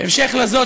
בהמשך לזאת,